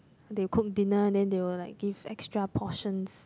they will cook dinner then they will like give extra portions